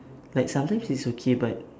like sometimes it's okay but